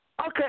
Okay